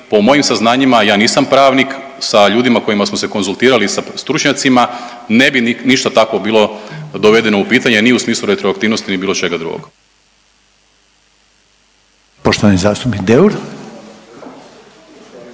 po mojim saznanjima, ja nisam pravnik, sa ljudima kojima smo se konzultirali i sa stručnjacima ne bi ništa takvo bilo dovedeno u pitanje ni u smislu retroaktivnosti ni bilo čega drugog.